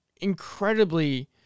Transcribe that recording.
incredibly